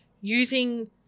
using